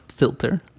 filter